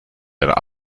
deiner